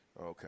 Okay